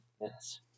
Yes